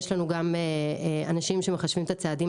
יש לנו גם אנשים שמחשבים את הצעדים